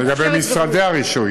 לגבי משרדי הרישוי,